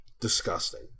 disgusting